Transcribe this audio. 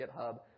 GitHub